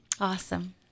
Awesome